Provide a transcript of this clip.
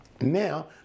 Now